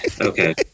okay